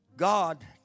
God